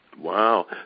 Wow